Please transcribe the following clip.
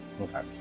Okay